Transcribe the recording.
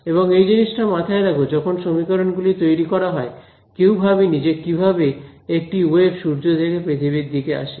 এবং এই জিনিসটা মাথায় রাখ যখন সমীকরণ গুলি তৈরি করা হয় কেউ ভাবেনি যে কিভাবে একটি ওয়েভ সূর্য থেকে পৃথিবীর দিকে আসে